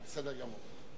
בסדר גמור.